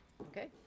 Okay